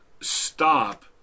stop